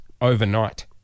overnight